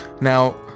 Now